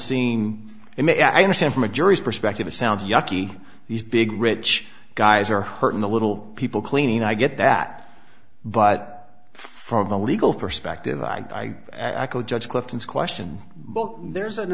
it i understand from a jury's perspective it sounds yukky these big rich guys are hurting the little people cleaning i get that but from a legal perspective i judge clifton's question but there's an